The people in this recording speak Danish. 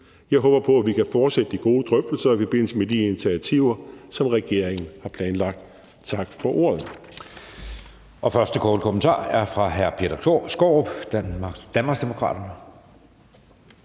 Jeg håber på, at vi kan fortsætte de gode drøftelser i forbindelse med de initiativer, som regeringen har planlagt. Tak for ordet.